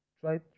try